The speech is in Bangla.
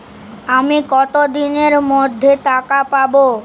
আমি কতদিনের মধ্যে টাকা পাবো?